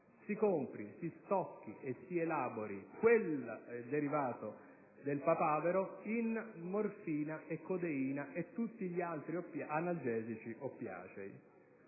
Si compri, quindi, si stocchi e si elabori quel derivato del papavero in morfina e codeina e tutti gli altri analgesici oppiacei.